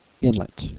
Inlet